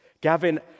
Gavin